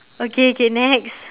okay okay next